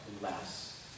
less